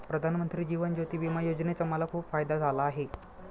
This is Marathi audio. प्रधानमंत्री जीवन ज्योती विमा योजनेचा मला खूप फायदा झाला आहे